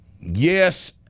Yes